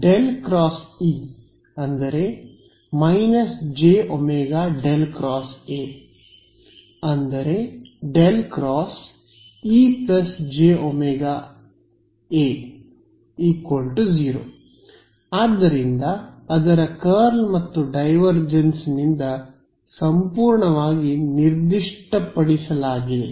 ∇× E − jω∇ xA ∇× EjwA 0 ಆದ್ದರಿಂದ ಅದರ curl ಮತ್ತು ಡೈವರ್ಜೆನ್ಸ್ನಿಂದ ಸಂಪೂರ್ಣವಾಗಿ ನಿರ್ದಿಷ್ಟಪಡಿಸಲಾಗಿದೆ